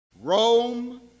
Rome